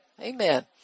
Amen